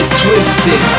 twisted